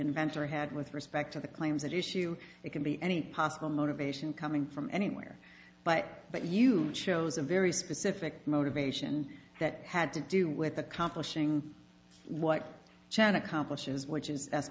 inventor had with respect to the claims that issue it can be any possible motivation coming from anywhere but that you chose a very specific motivation that had to do with accomplishing what jan accomplishes which is